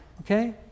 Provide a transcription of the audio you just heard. Okay